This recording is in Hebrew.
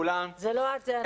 זה לא את, זה אנחנו...